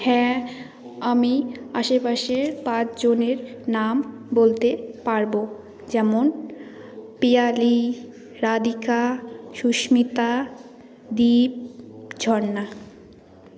হ্যাঁ আমি আশেপাশের পাঁচজনের নাম বলতে পারব যেমন পিয়ালী রাধিকা সুস্মিতা দীপ ঝরনা